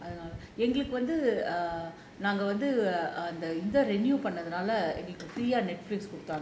எங்களுக்கு வந்து நாங்க வந்து:engalukku vanthu naanga vanthu renew பண்றது நால எங்களுக்கு:pandrathu naala engalukku free ah குடுத்தாங்க:kuduthaanga